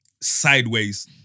sideways